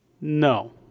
No